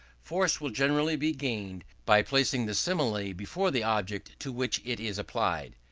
force will generally be gained by placing the simile before the object to which it is applied.